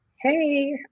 hey